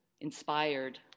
inspired